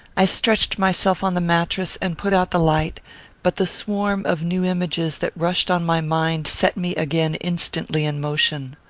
i stretched myself on the mattress and put out the light but the swarm of new images that rushed on my mind set me again instantly in motion.